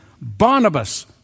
Barnabas